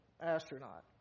astronaut